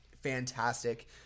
fantastic